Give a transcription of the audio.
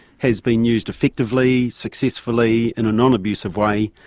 has been used effectively, successfully, in a non-abusive way,